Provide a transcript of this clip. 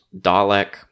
Dalek